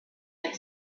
and